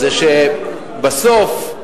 שבסוף,